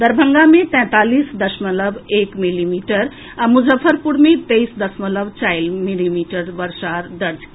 दरभंगा मे तैंतालीस दशमलव एक मिलीमीटर आ मुजफ्फरपुर मे तेईस दशमलव चारि मिलीमीटर वर्षा दर्ज कएल गेल